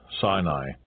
Sinai